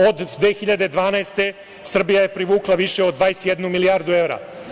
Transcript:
Od 2012. godine Srbija je privukla više od 21 milijardu evra.